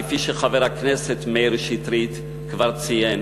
כפי שחבר הכנסת מאיר שטרית כבר ציין,